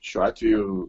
šiuo atveju